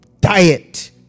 diet